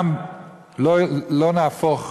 גם לא נהפוך,